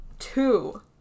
two